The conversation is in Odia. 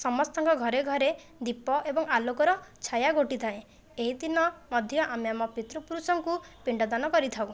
ସମସ୍ତଙ୍କ ଘରେ ଘରେ ଦୀପ ଏବଂ ଆଲୋକର ଛାୟା ଘୋଟିଥାଏ ଏହି ଦିନ ମଧ୍ୟ ଆମେ ଆମ ପିତୃପୁରୁଷଙ୍କୁ ପିଣ୍ଡଦାନ କରିଥାଉ